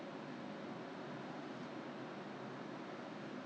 I went to Watsons I did I could not find that kind of quality so where do you buy yours from